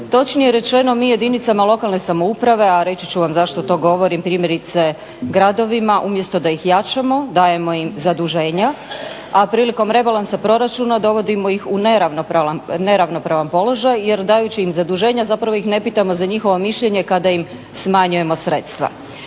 Točnije rečeno, mi jedinicama lokalne samouprave a reći ću vam zašto to govorim, primjerice gradovima umjesto da ih jačamo, dajemo im zaduženja a prilikom rebalansa proračuna dovodimo ih u neravnopravan položaj jer dajući im zaduženja zapravo ih ne pitamo za njihovo mišljenje kada im smanjujemo sredstva.